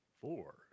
four